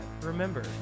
Remember